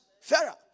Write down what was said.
fairer